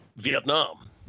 Vietnam